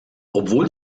obwohl